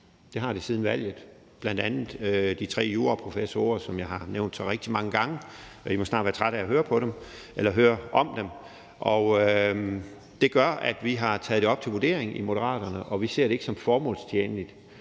udviklet sig siden valget, bl.a. med de tre juraprofessorer, som jeg har nævnt så rigtig mange gange; I må snart være trætte af at høre om dem. Det gør, at vi har taget det op til revision i Moderaterne, og vi ser det ikke som formålstjenligt